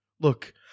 Look